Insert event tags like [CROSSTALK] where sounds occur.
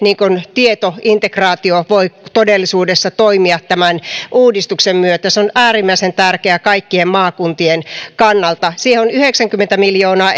tietointegraatio voi todellisuudessa toimia tämän uudistuksen myötä se on äärimmäisen tärkeä kaikkien maakuntien kannalta siihen on yhdeksänkymmentä miljoonaa [UNINTELLIGIBLE]